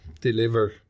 deliver